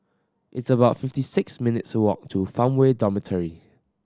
it's about fifty six minutes' walk to Farmway Dormitory